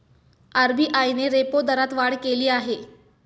RBI ने repo दरात वाढ केली आहे